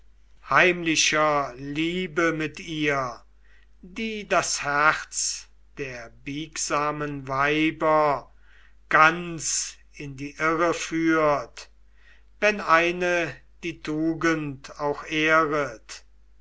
heimlicher liebe mit ihr die das herz der biegsamen weiber ganz in die irre führt wenn eine die tugend auch ehret